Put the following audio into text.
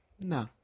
No